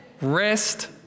Rest